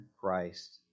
Christ